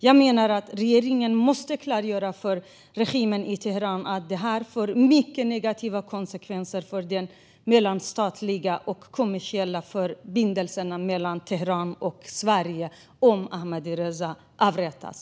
Jag menar att regeringen måste klargöra för regimen i Teheran att det kommer att få mycket negativa konsekvenser för de mellanstatliga och kommersiella förbindelserna mellan Iran och Sverige om Ahmadreza Djalali avrättas.